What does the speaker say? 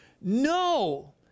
No